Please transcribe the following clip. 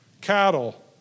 cattle